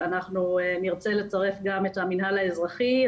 אנחנו נרצה לצרף גם את המינהל האזרחי,